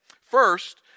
First